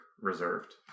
reserved